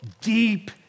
deep